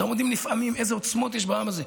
אתם עומדים נפעמים מול העוצמות שיש בעם הזה.